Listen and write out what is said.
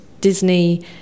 disney